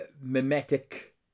mimetic